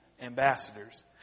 ambassadors